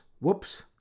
Whoops